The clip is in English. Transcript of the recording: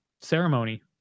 ceremony